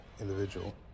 individual